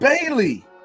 Bailey